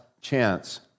chance